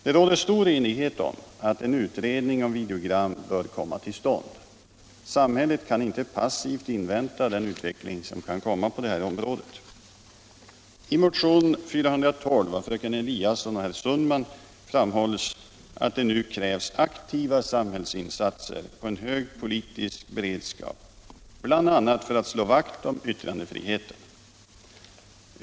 Det råder stor enighet om att en utredning om videogram bör komma till stånd. Samhället kan inte passivt invänta den utveckling som kan komma på det här området. I motionen 412 av fröken Eliasson och herr Sundman framhålles att det nu krävs aktiva samhällsinsatser och en hög politisk beredskap, bl.a. för att slå vakt om yttrandefriheten.